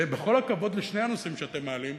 ובכל הכבוד לשני הנושאים שאתם מעלים,